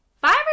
Bye